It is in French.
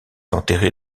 enterré